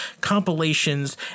compilations